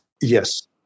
Yes